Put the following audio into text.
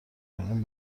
کنیم